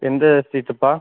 எந்த ஸ்ட்ரீட்டுப்பா